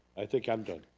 i think i'm done.